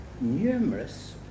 numerous